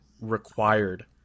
required